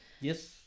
Yes